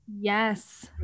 yes